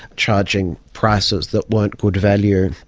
charging prices that weren't good value.